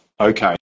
okay